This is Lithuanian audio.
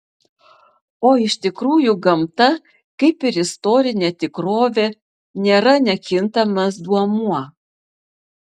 o iš tikrųjų gamta kaip ir istorinė tikrovė nėra nekintamas duomuo